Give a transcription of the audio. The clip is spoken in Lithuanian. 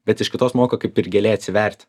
bet iš kitos moko kaip ir giliai atsiverti